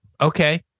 Okay